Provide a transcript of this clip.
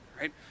right